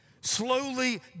slowly